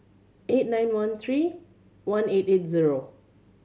eight nine one tree one eight eight zero